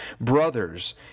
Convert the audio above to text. brothers